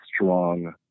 strong